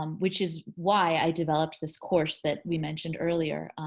um which is why i developed this course that we mentioned earlier.